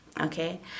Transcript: okay